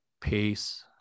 Peace